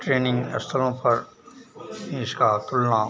training अस्त्रों पर इसकी तुलना